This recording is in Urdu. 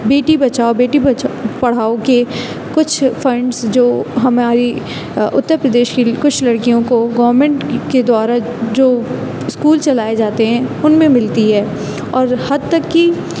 بیٹی بچاؤ بیٹی بچاؤ پڑھاؤ كے كچھ فنڈس جو ہماری اتر پردیش کی کچھ لڑکیوں کو گورمنٹ کے دوارا جو اسکول چلائے جاتے ہیں ان میں ملتی ہیں اور حتیٰ كہ